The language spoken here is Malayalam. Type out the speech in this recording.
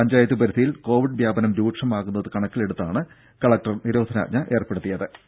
പഞ്ചായത്ത് പരിധിയിൽ കോവിഡ് വ്യാപനം രൂക്ഷമാകുന്നത് കണക്കിലെടുത്താണ് കളക്ടർ നിരോധനാജ്ഞ ഏർപ്പെടുത്തി ഉത്തരവിറക്കിയത്